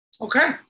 Okay